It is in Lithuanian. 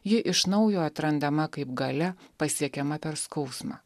ji iš naujo atrandama kaip galia pasiekiama per skausmą